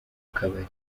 kabari